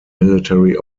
military